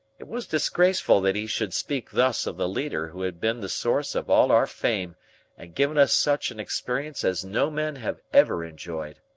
it was disgraceful that he should speak thus of the leader who had been the source of all our fame and given us such an experience as no men have ever enjoyed.